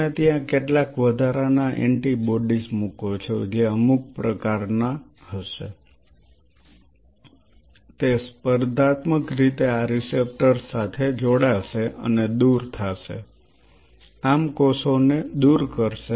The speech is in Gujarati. તમે ત્યાં કેટલાક વધારાના એન્ટિબોડીઝ મૂકો જે અમુક પ્રકારની હશે તે સ્પર્ધાત્મક રીતે આ રીસેપ્ટર્સ સાથે જોડાશે અને દૂર કરશે આમ કોષોને દૂર કરશે